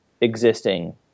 existing